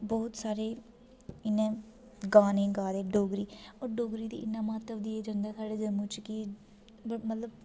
बहुत सारे इन्ने गाने गा दे डोगरी होर डोगरी गी इन्ना म्हत्व दिया जंदा ऐ साढ़े जम्मू च मतलब